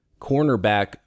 cornerback